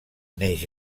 neix